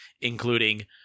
including